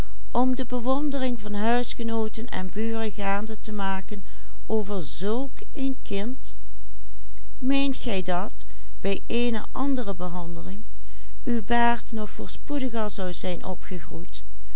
andere behandeling uw baard nog voorspoediger zou zijn opgegroeid